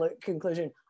conclusion